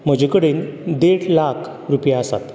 म्हजे कडेन देड लाख रुपया आसात